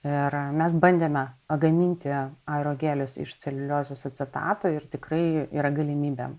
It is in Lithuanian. ir mes bandėme agaminti aerogelius iš celiuliozės acetato ir tikrai yra galimybė